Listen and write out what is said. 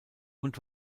und